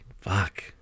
Fuck